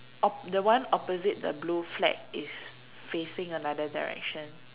op~ the one opposite the blue flag is facing another direction